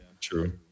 true